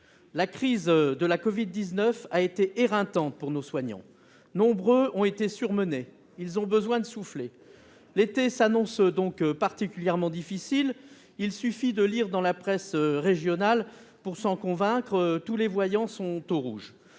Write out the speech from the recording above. La crise de la covid-19 a été éreintante pour nos soignants. Nombre d'entre eux ont été surmenés. Ils ont besoin de souffler. L'été s'annonce donc particulièrement difficile. Il suffit de lire la presse régionale pour s'en convaincre. Tous les voyants sont au rouge